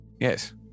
Yes